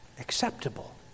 acceptable